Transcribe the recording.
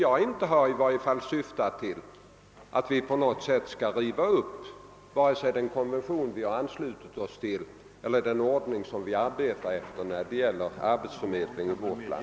Jag har nämligen inte avsett att vi på något sätt skulle riva upp vare sig den konvention vi anslutit oss till eller den ordning som vi följer beträffande arbetsförmedlingen i vårt land.